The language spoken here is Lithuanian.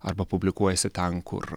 arba publikuojasi ten kur